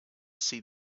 see